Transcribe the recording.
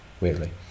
weirdly